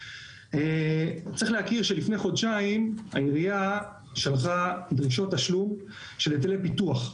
צריך להכיר שלפני חודשיים העירייה שלחה דרישות תשלום של היטלי פיתוח,